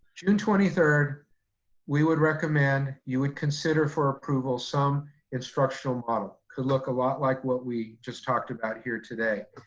june twenty third we would recommend you would consider for approval some instructional model. it could look a lot like what we just talked about here today.